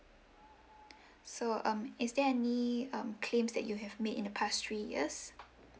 so um is there any um claims that you have made in the past three years